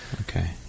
okay